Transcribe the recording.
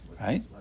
Right